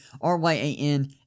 R-Y-A-N